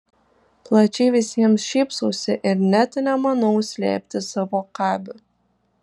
plačiai visiems šypsausi ir net nemanau slėpti savo kabių